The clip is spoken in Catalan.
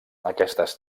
aquestes